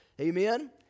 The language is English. Amen